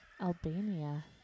Albania